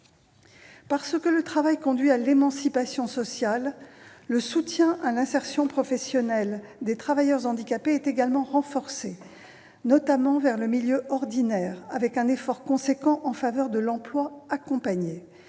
Parce que le travail conduit à l'émancipation sociale, le soutien à l'insertion professionnelle des travailleurs handicapés est également renforcé, notamment dans le milieu ordinaire, avec un effort important en faveur de l'emploi accompagné.